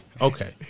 okay